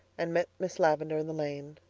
and met miss lavendar in the lane.